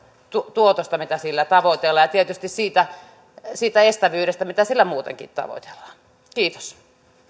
tuotosta mitä sillä tavoitellaan ja tietysti siitä siitä estävyydestä mitä sillä muutenkin tavoitellaan kiitos